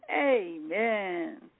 amen